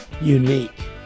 unique